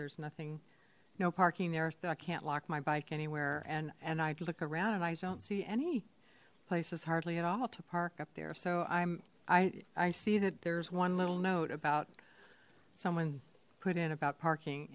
there's nothing no parking there that i can't lock my bike anywhere and and i'd look around and i don't see any places hardly at all to park up there so i'm i i see that there's one little note about someone put in about parking